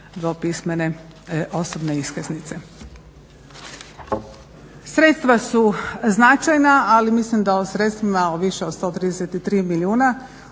dvopismene osobne iskaznice. Sredstva su značajna, ali mislim da o sredstvima o više od 133 milijuna